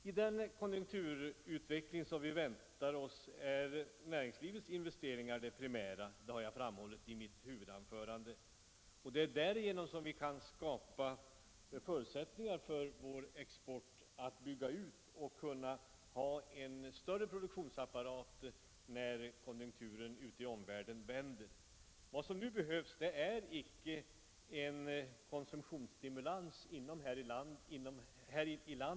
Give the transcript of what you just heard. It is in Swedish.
I den konjunkturutveckling som vi väntar oss är, som jag framhållit i mitt huvudanförande, näringslivets investeringar det primära. Det är därigenom som vi kan skapa förutsättningar för utbyggnad av vår export och utvidgning av vår produktionsapparat, så att vi har en större sådan när konjunkturen ute i världen vänder. Vad som nu behövs är icke en konsumtionsstimulans.